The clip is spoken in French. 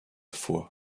foi